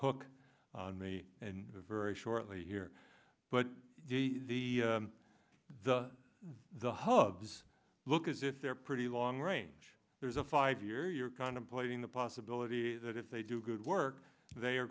hook on me and very shortly here but the the hubs look as if they're pretty long range there's a five year you're contemplating the possibility that if they do good work they are